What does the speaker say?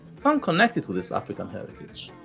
funk connected to this african heritage,